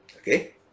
Okay